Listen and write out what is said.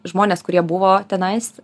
žmonės kurie buvo tenais